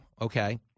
okay